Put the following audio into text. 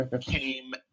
came